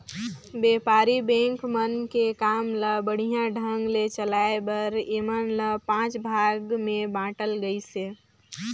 बेपारी बेंक मन के काम ल बड़िहा ढंग ले चलाये बर ऐमन ल पांच भाग मे बांटल गइसे